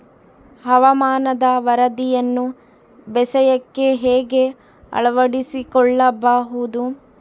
ಹವಾಮಾನದ ವರದಿಯನ್ನು ಬೇಸಾಯಕ್ಕೆ ಹೇಗೆ ಅಳವಡಿಸಿಕೊಳ್ಳಬಹುದು?